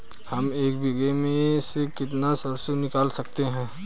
हम एक बीघे में से कितनी सरसों निकाल सकते हैं?